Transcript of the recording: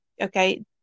okay